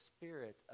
spirit